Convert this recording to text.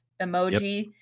emoji